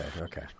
okay